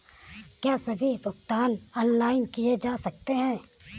क्या सभी भुगतान ऑनलाइन किए जा सकते हैं?